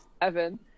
Evan